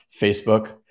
Facebook